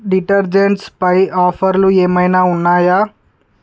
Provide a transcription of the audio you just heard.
డిటర్జెంట్స్పై ఆఫర్లు ఏమైనా ఉన్నాయా